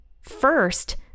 first